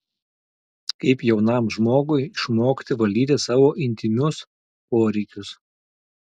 kaip jaunam žmogui išmokti valdyti savo intymius poreikius